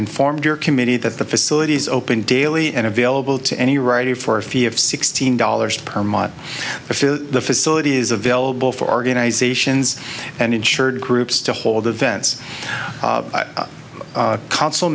informed your committee that the facilities open daily and available to any writing for a fee of sixteen dollars per month if the facility is available for organizations and insured groups to hold events